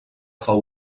fou